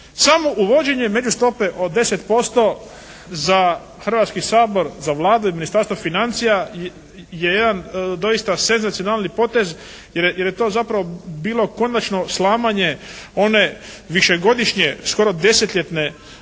Samo uvođenje međustope od 10% za Hrvatski sabor, za Vladu i Ministarstvo financija je jedan doista senzacionalni potez jer je to zapravo bilo konačno slamanje one višegodišnje skoro desetljetne